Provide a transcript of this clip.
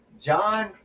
John